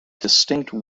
distinct